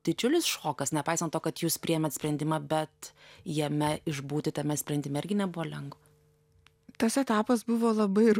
didžiulis šokas nepaisant to kad jūs priėmėt sprendimą bet jame išbūti tame sprendime irgi nebuvo lengva